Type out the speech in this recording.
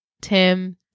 tim